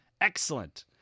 Excellent